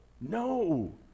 No